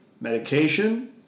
medication